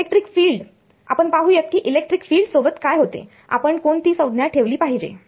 electric field आपण पाहूया की इलेक्ट्रिक फिल्ड सोबत काय होते आपण कोणती संज्ञा ठेवली पाहिजे